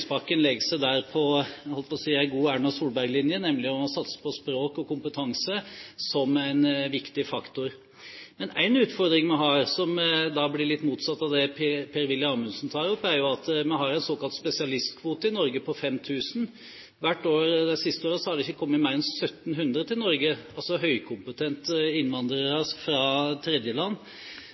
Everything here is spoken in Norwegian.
Lysbakken legger seg der på, jeg holdt på å si, en god Erna Solberg-linje, nemlig å satse på språk og kompetanse som en viktig faktor. Men én utfordring vi har, som da blir litt motsatt av det Per-Willy Amundsen tar opp, er jo at vi har en såkalt spesialistkvote i Norge på 5 000. Hvert år de siste årene har det ikke kommet mer enn 1 700 høykompetente innvandrere fra tredjeland til Norge.